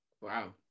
Wow